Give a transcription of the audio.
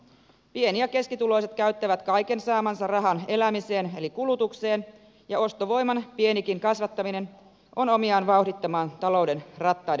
pieni ja keskituloiset käyttävät kaiken saamansa rahan elämiseen eli kulutukseen ja ostovoiman pienikin kasvattaminen on omiaan vauhdittamaan talouden rattaiden pyörimistä